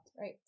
Right